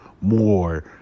more